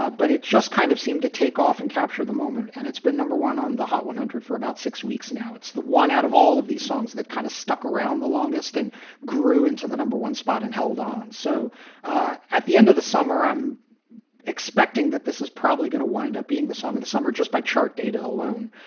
ah but it just kind of seemed to take off and capture the moment. and it's been number one on the hot one hundred for about six weeks now. it's the one out of all of these songs that kind of stuck around the longest and grew into the number one spot and held on. so at the end of the summer, i'm expecting that this is probably going to wind up being the song of the summer just by chart data alone.